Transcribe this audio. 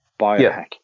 biohack